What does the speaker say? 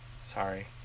sorry